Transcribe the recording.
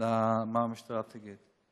למה שהמשטרה תגיד.